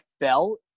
fell